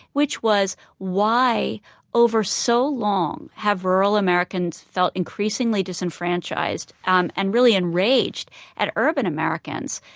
which was why over so long have rural americans felt increasingly disenfranchised um and really enraged at urban americans?